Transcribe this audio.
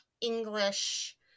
English